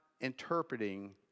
interpreting